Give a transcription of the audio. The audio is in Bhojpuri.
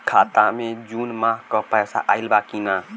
खाता मे जून माह क पैसा आईल बा की ना?